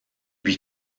lui